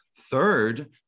third